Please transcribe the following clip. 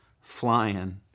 flying